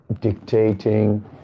Dictating